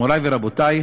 מורי ורבותי,